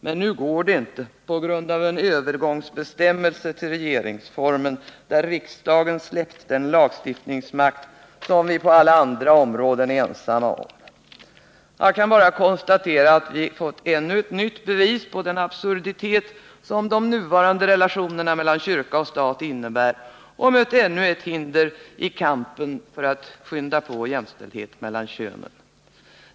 Men nu går det inte på grund av en övergångsbestämmelse till regeringsformen, där riksdagen släppt den lagstiftningsmakt som vi på alla andra områden ensamma råder över. Jag kan bara konstatera att vi fått ännu ett nytt bevis på den absurditet som de nuvarande relationerna mellan kyrka och stat innebär och mött ännu ett hinder i kampen för att skynda på jämställdhet mellan könen.